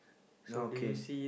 okay